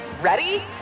Ready